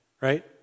right